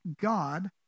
God